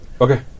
Okay